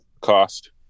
cost